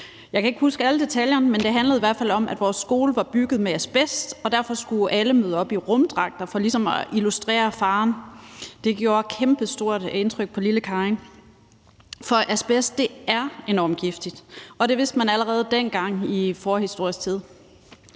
Jeg kan ikke huske alle detaljerne, men det handlede i hvert fald om, at vores skole var bygget med asbest, og derfor skulle alle møde op i rumdragter for ligesom at illustrere faren. Det gjorde et kæmpestort indtryk på lille Karin, for asbest er enormt giftigt, og det vidste man allerede dengang i forhistorisk tid.